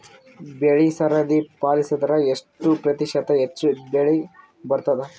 ಬೆಳಿ ಸರದಿ ಪಾಲಸಿದರ ಎಷ್ಟ ಪ್ರತಿಶತ ಹೆಚ್ಚ ಬೆಳಿ ಬರತದ?